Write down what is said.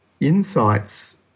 insights